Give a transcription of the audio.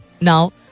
now